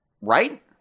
right